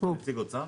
יש פה פקיד אוצר?